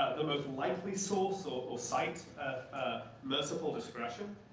the most likely source or or cite of merciful discretion.